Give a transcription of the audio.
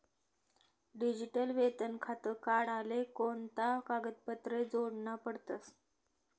Digital वेतन खातं काढाले कोणता कागदपत्रे जोडना पडतसं?